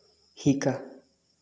শিকা